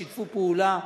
שיתפו פעולה.